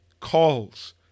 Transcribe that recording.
calls